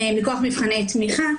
מכוח מבחני תמיכה.